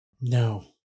No